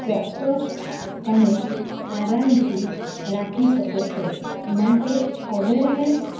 ચોક્કસ પણે આરામથી રાખી શકો છો માટે અવેરનેસ